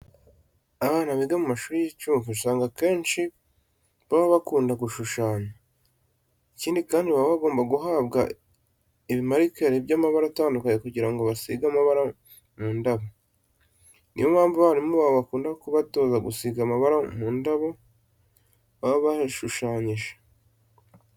Abana biga mu mashuri y'incuke usanga akenshi baba bakunda gushushanya. Ikindi kandi baba bagomba guhabwa ibimarikeri by'amabara atandukanye kugira ngo basige amabara mu ndabo. Ni yo mpamvu abarimu babo bakunda kubatoza gusiga amabara mu ndabo baba bashushanyije.